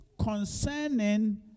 concerning